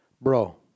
Bro